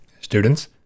Students